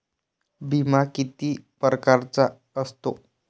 बिमा किती परकारचा असतो?